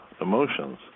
emotions